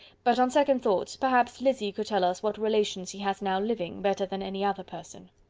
but, on second thoughts, perhaps, lizzy could tell us what relations he has now living, better than any other person.